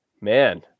man